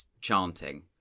chanting